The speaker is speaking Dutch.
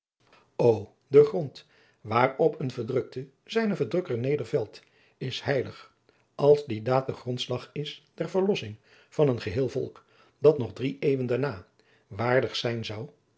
de grond waarop een verdrukte zijnen verdrukker nedervelt is heilig als die daad de grondslag is der verlossing van een geheel volk dat nog drie eeuwen daarna waardig zijn zou